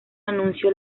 anuncio